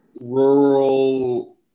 rural